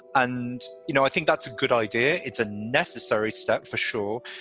and, you know, i think that's a good idea. it's a necessary step for sure.